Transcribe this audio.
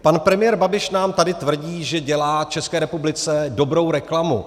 Pan premiér Babiš nám tady tvrdí, že dělá České republice dobrou reklamu.